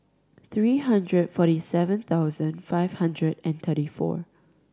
three hundred forty seven thousand five hundred and thirty four